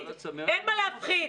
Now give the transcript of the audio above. אין מה להפחיד.